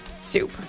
Soup